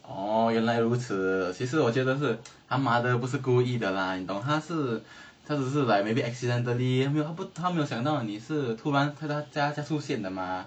哦原来如此其实我觉得是他妈又不是故意的啦你懂她是她只是 like maybe accidentally 没有她没有想到你是这样突然突然这样出现的 mah